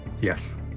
Yes